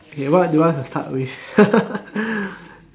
okay what do you want to start with